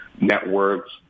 networks